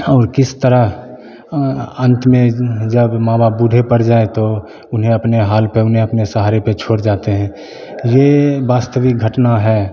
और किस तरह अंत में जब माँ बाप बूढे पड़ जाएँ तो उन्हें अपने हाल पर उन्हें अपने सहारे पर छोड़ जाते हैं ये वास्तविक घटना है